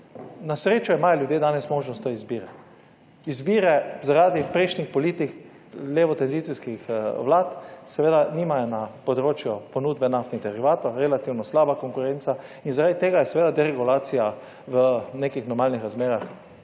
Na srečo imajo ljudje danes možnost te izbire. Izbire zaradi prejšnjih politik levo tranzicijskih vlad seveda nimajo na področju ponudbe naftnih derivatov relativno slaba konkurenca in zaradi tega je seveda deregulacija v nekih normalnih razmerah